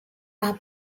are